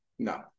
No